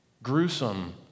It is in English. Gruesome